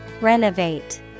Renovate